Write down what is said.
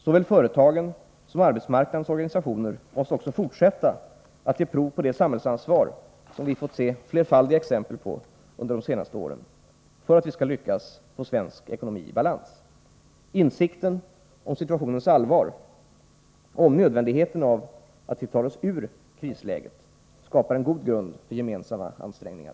Såväl företagen som arbetsmarknadens organisationer måste också fortsätta att ge prov på det samhällsansvar som vi fått se flerfaldiga exempel på under de senaste åren för att vi skall lyckas få svensk ekonomi i balans. Insikten om situationens allvar och om nödvändigheten att vi tar oss ur krisläget skapar en god grund för gemensamma ansträngningar.